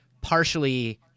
partially